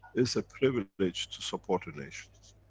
is a privilege to support a nation.